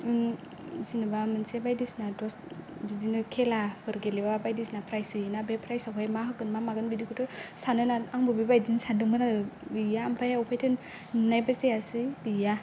जेनबा मोनसे बायदिसिना दस बिदिनो खेला फोर गेलेबा बायदिसिना प्राइस होयोना बे प्राइजआवहाय मा होगोन मा मागोन बिदिखौथ' सानोना आंबो बेबायदिनो सानदोंमोन आरो गैया ओमफ्राय अफायथो नुनायबो जायासै गैया